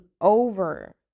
over